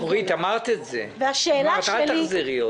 אורית, אמרת את זה, אל תחזרי עוד.